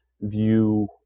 view